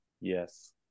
Yes